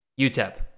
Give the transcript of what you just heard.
UTEP